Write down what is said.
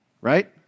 Right